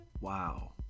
wow